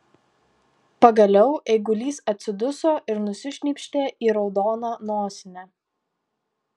pagaliau eigulys atsiduso ir nusišnypštė į raudoną nosinę